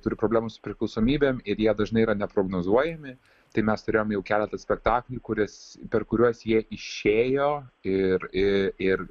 turi problemų su priklausomybėm ir jie dažnai yra neprognozuojami tai mes turėjom jau keletą spektaklių kuris per kuriuos jie išėjo ir ir